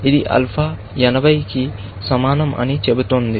ఇది ఆల్ఫా 80 కి సమానం అని చెబుతుంది